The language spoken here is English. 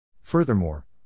Furthermore